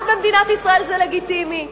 רק במדינת ישראל זה לגיטימי.